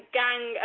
gang